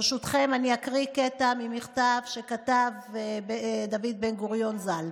ברשותכם אני אקריא קטע ממכתב שכתב דוד בן-גוריון ז"ל: